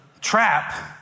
trap